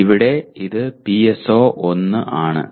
ഇവിടെ അത് PSO1 ആണ്